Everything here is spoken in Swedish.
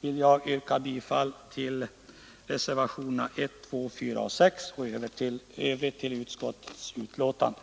vill jag yrka bifall till reservationerna 1, 2, 4 och 6 och i övrigt till utskottets hemställan.